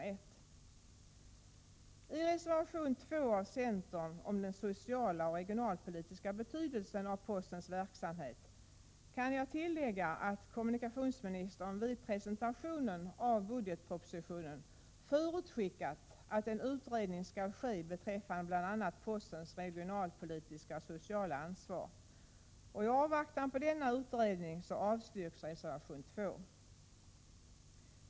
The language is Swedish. I fråga om reservation 2 av centern om den sociala och regionalpolitiska betydelsen av postens verksamhet kan jag tillägga att kommunikationsministern, vid presentationen av budgetpropositionen, förutskickat att en utredning skall ske beträffande bl.a. postens regionalpolitiska och sociala ansvar. I avvaktan på denna utredning avstyrks reservation 2.